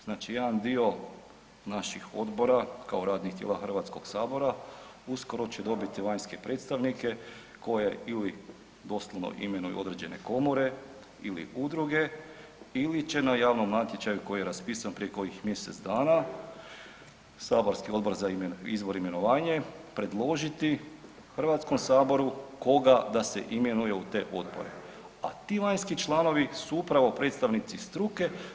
Znači jedan dio naših odbora kao radnih tijela HS-a uskoro će dobiti vanjske predstavnike koji ili doslovno imenuju određene komore ili udruge ili će na javnom natječaju koji je raspisan prije kojih mjesec dana, saborski Odbor za izbor i imenovanje predložiti Hrvatskom saboru koga da se imenuje u te odbore, a ti vanjski članovi su upravo predstavnici struke.